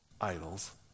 idols